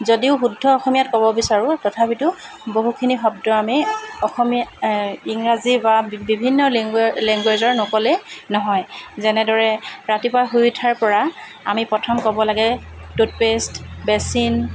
যদিও শুদ্ধ অসমীয়াত ক'ব বিচাৰোঁ তথাপিটো বহুখিনি শব্দ আমি অসমীয়া ইংৰাজী বা বিভিন্ন লেংগুৱেৰ লেংগুৱেজৰ নক'লে নহয় যেনেদৰে ৰাতিপুৱা শুই উঠাৰ পৰা আমি প্ৰথম ক'ব লাগে টুটপেষ্ট বেচিন